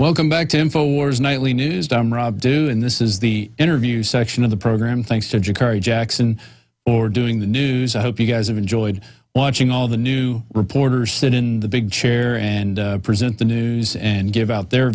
welcome back to him for his nightly news down rob do in this is the interview section of the program thanks to jerry jackson or doing the news i hope you guys have enjoyed watching all the new reporters sit in the big chair and present the news and give out their